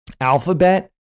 Alphabet